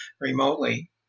remotely